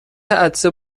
عطسه